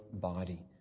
body